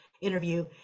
interview